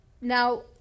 Now